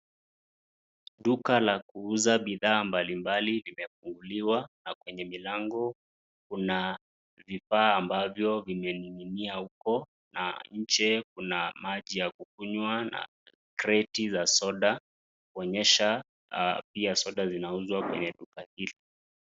Duka la kuuza bidhaa mbali mbali imefunguliwa na kwenye mlango kuna vifaa ambavyo zimening'inia na nje kuna maji ya kunywa na keri ya soda kuonyesha kua pia soda inauzwa kwenye duka hili.